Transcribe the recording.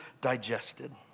digested